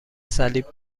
صلیب